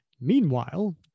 meanwhile